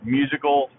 musical